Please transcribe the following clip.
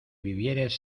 vivieres